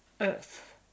earth